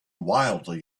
wildly